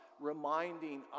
reminding